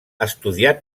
estudiar